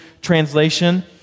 translation